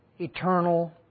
eternal